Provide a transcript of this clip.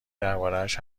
دربارهاش